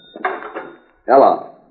Hello